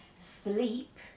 sleep